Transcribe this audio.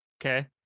okay